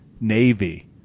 Navy